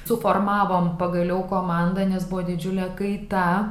suformavome pagaliau komandą nes buvo didžiulė kaita